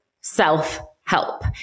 self-help